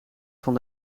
van